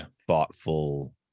thoughtful